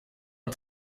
von